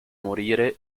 morire